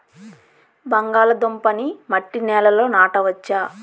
బంగాళదుంప నీ మట్టి నేలల్లో నాట వచ్చా?